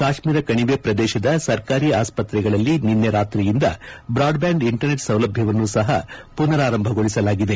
ಕಾಶ್ಮೀರ ಕಣಿವೆ ಪ್ರದೇಶದ ಸರ್ಕಾರಿ ಆಸ್ವತ್ರೆಗಳಲ್ಲಿ ನಿನ್ನೆ ರಾತ್ರಿಯಿಂದ ಬ್ರಾಡ್ಬ್ಯಾಂಡ್ ಇಂಟರ್ನೆಟ್ ಸೌಲಭ್ಯವನ್ನೂ ಸಹ ಪುನರಾರಂಭಗೊಳಿಸಲಾಗಿದೆ